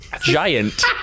giant